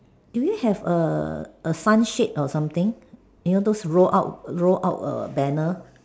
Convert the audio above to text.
do you have a a fun shape or something you know those roll out roll out err banner